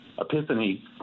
epiphany